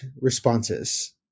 responses